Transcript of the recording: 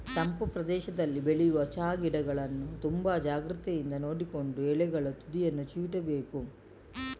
ತಂಪು ಪ್ರದೇಶದಲ್ಲಿ ಬೆಳೆಯುವ ಚಾ ಗಿಡಗಳನ್ನ ತುಂಬಾ ಜಾಗ್ರತೆಯಿಂದ ನೋಡಿಕೊಂಡು ಎಲೆಯ ತುದಿಯನ್ನ ಚಿವುಟ್ಬೇಕು